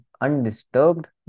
undisturbed